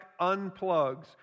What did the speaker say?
unplugs